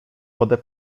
wodę